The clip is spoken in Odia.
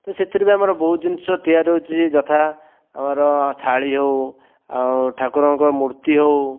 ତ ସେଥିରୁ ବି ଆମର ବହୁତ ଜିନିଷ ତିଆରି ହେଉଛି ଯଥା ଆମର ଥାଳି ହେଉ ଆଉ ଠାକୁରଙ୍କ ମୂର୍ତ୍ତି ହେଉ